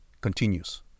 continues